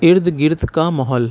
اِردگرد کا ماحول